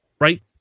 right